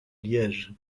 liège